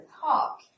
talk